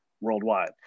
worldwide